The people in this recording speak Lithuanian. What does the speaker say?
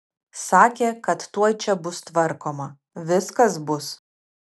sakė kad tuoj čia bus tvarkoma viskas bus